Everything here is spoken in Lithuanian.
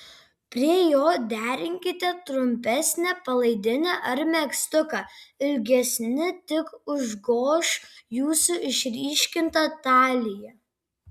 prie jo derinkite trumpesnę palaidinę ar megztuką ilgesni tik užgoš jūsų išryškintą taliją